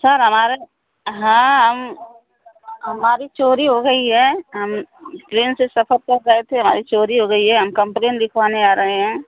sir हमारा हाँ हमारी चोरी हो गई है हम ट्रेन से सफर कर रहे थे हमारी चोरी हो गई है हम कम्प्लेन लिखवाने आ रहे हैं